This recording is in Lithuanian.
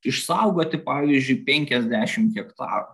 išsaugoti pavyzdžiui penkiasdešimt hektarų